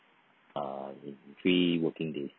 uh three working days